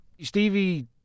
Stevie